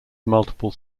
multiple